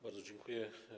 Bardzo dziękuję.